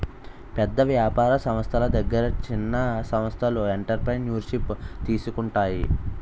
పెద్ద వ్యాపార సంస్థల దగ్గర చిన్న సంస్థలు ఎంటర్ప్రెన్యూర్షిప్ తీసుకుంటాయి